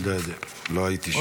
לא יודע, לא הייתי שם.